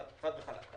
חד וחלק.